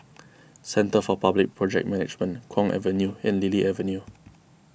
Centre for Public Project Management Kwong Avenue and Lily Avenue